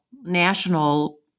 national